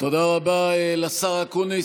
תודה רבה לשר אקוניס.